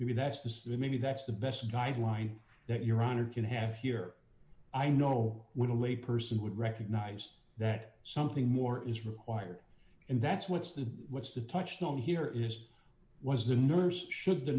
maybe that's the maybe that's the best guideline that your honor can have here i know what a lay person would recognize that something more is required and that's what's the what's the touchstone here is was the nurse should